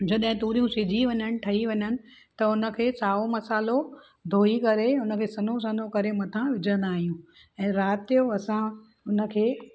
जॾहिं तूरियूं सिझी वञनि ठही वञनि त हुनखे साओ मसालो धोई करे हुनखे सन्हो सन्हो करे मथां विझंदा आहियूं ऐं राति जो असां उनखे